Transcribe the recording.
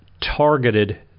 targeted